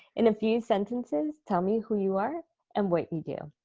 in a few sentences, tell me who you are and what you do.